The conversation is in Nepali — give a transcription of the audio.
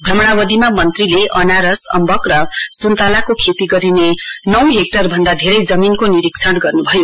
भ्रमणावधिमा मन्त्रीले अनारस अम्बक र सुन्तलाको खेती गरिने नौ हेक्टर भन्दा धेरै जमीनको निरिक्षण गर्नुभयो